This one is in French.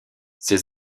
ses